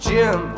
Jim